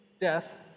death